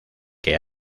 que